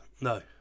No